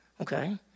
Okay